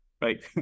right